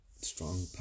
strong